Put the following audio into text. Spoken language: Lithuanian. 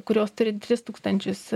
kurios turi tris tūkstančius